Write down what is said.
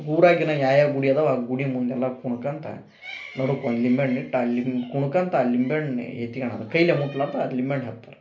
ಊರಾಗಿನ ಯಾವ ಯಾವ ಗುಡಿ ಅದವು ಆ ಗುಡಿ ಮುಂದೆಲ್ಲ ಕುಣ್ಕಂತಾ ನಡುಕೊಂದು ಲಿಂಬೆಹಣ್ಣ್ ಇಟ್ಟು ಆ ಲಿಮ್ ಕುಣ್ಕಂತಾ ಆ ಲಿಂಬೆಹಣ್ಣನ್ನ ಎತ್ತಿಕೊಂಡು ಕೈಲೆ ಮುಟ್ಲತ ಲಿಂಬೆಹಣ್ಣ ಹಾಕ್ತಾರ